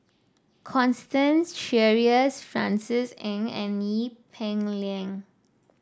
Constance Sheares Francis Ng and Ee Peng Liang